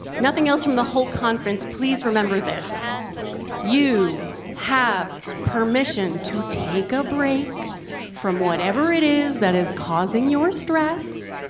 nothing else from the whole conference, please remember this you have permission to take a break from whatever it is that is causing your stress,